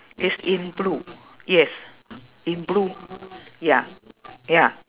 it's in blue yes in blue ya ya